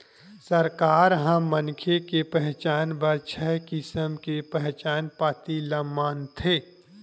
सरकार ह मनखे के पहचान बर छय किसम के पहचान पाती ल मानथे